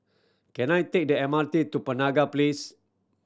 can I take the M R T to Penaga Place